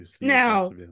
Now